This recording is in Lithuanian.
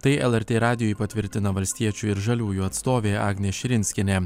tai lrt radijui patvirtina valstiečių ir žaliųjų atstovė agnė širinskienė